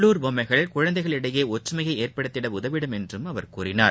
உள்ளுர் பொம்மைகள் குழந்தைகளிடையே ஒற்றுமையை ஏற்படுத்திட உதவிடும் என்றும் அவர் கூறினார்